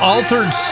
Altered